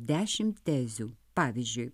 dešimt tezių pavyzdžiui